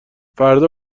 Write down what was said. فردا